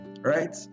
right